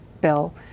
Bill